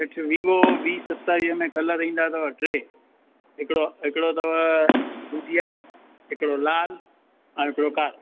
सेठ वीवो वी सतावीह में कलर ईंदा अथव टे हिकिड़ो हिकिड़ो अथव दूधिया हिकिड़ो लाल और हिकिड़ो कारो